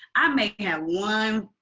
i may have one.